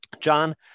John